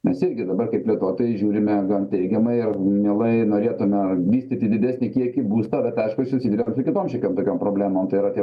mes ir dabar kaip plėtotojai žiūrime gan teigiamai ir mielai norėtume vystyti didesnį kiekį būsto bet aišku susiduriam su kitom šiokiom tokiom problemom tai yra tie